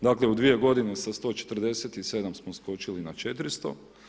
Dakle u dvije godine sa 147 smo skočili na 400.